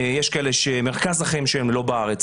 יש כאלה שמרכז החיים שלהם לא בארץ,